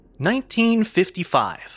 1955